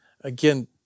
Again